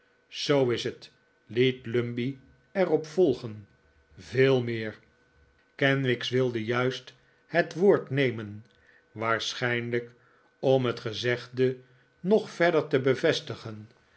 zoo is het liet lumbey er op volgen veel meer kenwigs wilde juist het woord nemen waarschijnlijk om het gezegde nog verder te bevestigen